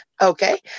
Okay